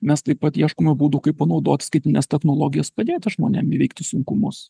mes taip pat ieškome būdų kaip panaudoti skaitmenines technologijas padėti žmonėm įveikti sunkumus